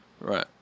Right